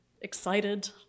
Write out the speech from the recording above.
excited